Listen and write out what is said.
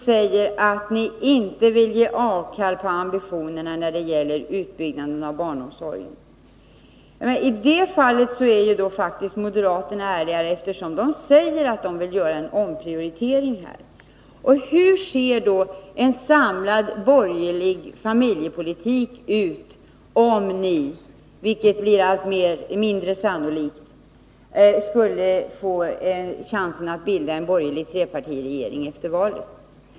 Kvar står då frågan hur ni skall kunna finansiera det — ni har ju inte lyckats på sex år! I det fallet är moderaterna faktiskt ärligare — de säger att de vill göra en omprioritering. Hur ser då en samlad borgerlig familjepolitik ut, om ni — vilket blir allt mindre sannolikt — skulle få chansen att efter valet bilda en borgerlig trepartiregering?